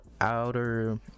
Outer